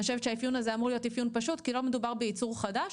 אני חושבת שהאפיון הזה אמור להיות אפיון פשוט כי לא מדובר ביצור חדש,